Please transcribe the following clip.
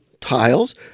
tiles